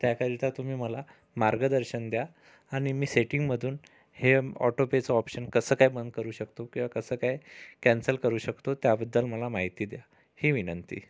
त्याकरिता तुम्ही मला मार्गदर्शन द्या आणि मी सेटिंगमधून हे ऑटोपेचं ऑप्शन कसं काय बंद करू शकतो किंवा कसं काय कॅन्सल करू शकतो त्याबद्दल मला माहिती द्या ही विनंती